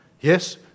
Yes